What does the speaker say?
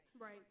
Right